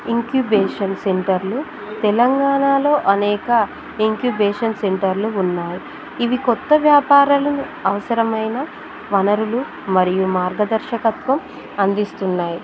incubation సెంటర్లు తెలంగాణలో అనేక ఇంక్యుబేషన్ సెంటర్లు ఉన్నాయి ఇవి కొత్త వ్యాపారాలు అవసరమైన వనరులు మరియు మార్గదర్శకత్వం అందిస్తున్నాయి